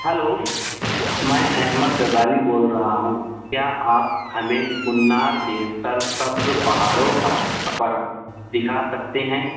hello میں احمد غزالی بول رہا ہوں کیا آپ ہمیں منار کے سرسبز پہاڑوں کا سفر دکھا سکتے ہیں